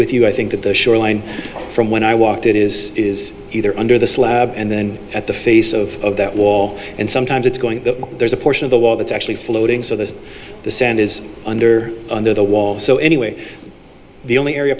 with you i think that the shoreline from when i walked it is is either under the slab and then at the face of that wall and sometimes it's going to there's a portion of the wall that's actually floating so there's the sand is under under the wall so anyway the only area